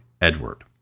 Edward